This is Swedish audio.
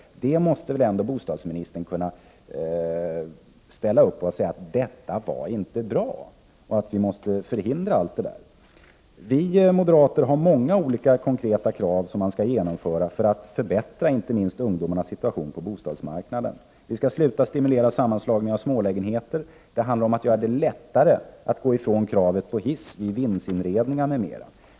Bostadsministern måste ändå kunna säga ifrån att detta inte var bra — sådant här måste vi förhindra. Vi moderater har många olika konkreta krav som vi vill att man skall uppfylla för att förbättra inte minst ungdomarnas situation på bostadsmarknaden. Man skall sluta med att stimulera sammanslagningen av smålägenheter, man skall göra det lättare att frångå kravet på hiss vid vindsinredningar m.m.